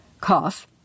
cough